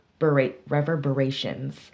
reverberations